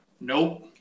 nope